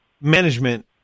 management